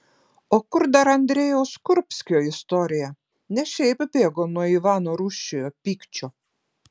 o kur dar andrejaus kurbskio istorija ne šiaip bėgo nuo ivano rūsčiojo pykčio